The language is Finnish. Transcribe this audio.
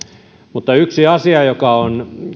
mutta yksi asia joka on